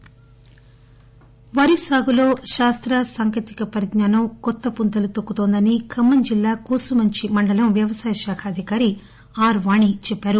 వరి వంగడాలు వరి సాగులో శాస్త సాంకేతిక పరిజ్ఞానం కొత్త పుంతలు తొక్కతుండంతోదని ఖమ్మం జిల్లా కూసుమంచి మండలం వ్యవసాయ శాఖ అధికారి ఆర్ వాణి అన్నారు